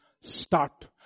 start